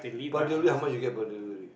per delivery how much you get per delivery